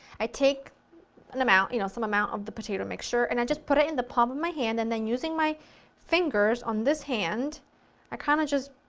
i take an amount, you know, some amount of the potato mixture and i put it in the palm of my hand and then using my fingers, on this hand i kind of just